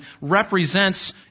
represents